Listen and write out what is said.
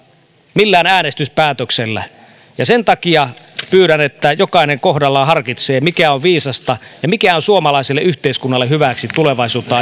millään äänestyspäätöksellä ja sen takia pyydän että jokainen kohdallaan harkitsee mikä on viisasta ja mikä on suomalaiselle yhteiskunnalle hyväksi tulevaisuutta